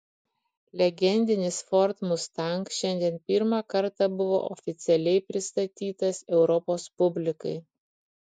legendinis ford mustang šiandien pirmą kartą buvo oficialiai pristatytas europos publikai